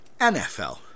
NFL